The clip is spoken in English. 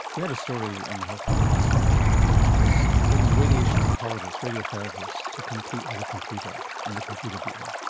we had a story on the health report recently which was getting radiation oncologists, radiotherapists to compete with a computer, and the computer beat them.